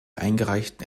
eingereichten